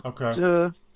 okay